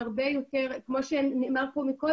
כמו שנאמר פה,